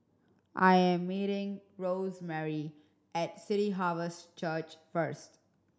I am meeting Rosemarie at City Harvest Church first